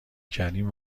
کردیم